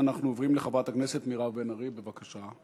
אנחנו עוברים לחברת הכנסת מירב בן ארי, בבקשה.